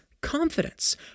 confidence